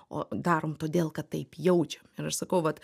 o darom todėl kad taip jaučiam ir aš sakau vat